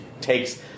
takes